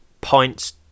points